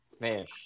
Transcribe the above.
fish